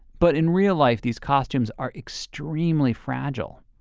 but in real life these costumes are extremely fragile.